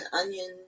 onion